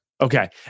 Okay